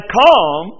come